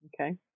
Okay